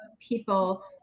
people